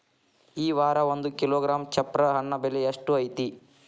ಈ ವಾರ ಒಂದು ಕಿಲೋಗ್ರಾಂ ಚಪ್ರ ಹಣ್ಣ ಬೆಲೆ ಎಷ್ಟು ಐತಿ?